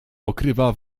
okrywa